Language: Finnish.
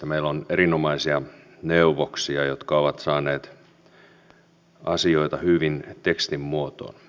meillä on erinomaisia neuvoksia jotka ovat saaneet asioita hyvin tekstin muotoon